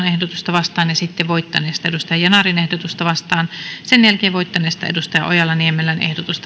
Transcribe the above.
vastaan sen jälkeen voittaneesta ozan yanarin ehdotusta kahdeksaankymmeneenkahdeksaan vastaan sitten voittaneesta johanna ojala niemelän ehdotusta kahdeksaankymmeneenkuuteen